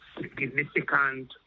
significant